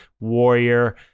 Warrior